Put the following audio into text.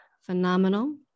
phenomenal